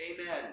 amen